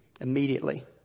immediately